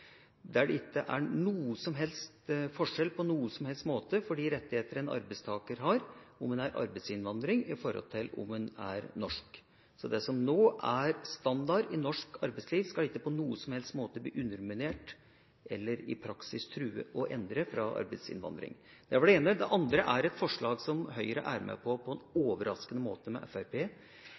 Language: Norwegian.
der det ikke er noen som helst forskjell, på noen som helst måte, på de rettigheter en arbeidstaker har enten han er arbeidsinnvandrer eller norsk, og at det som nå er standard i norsk arbeidsliv, ikke på noen som helst måte skal bli underminert eller i praksis truet av en endring av arbeidsinnvandringen? Det var det ene. Det andre dreier seg om et forslag som Høyre på en overraskende måte er med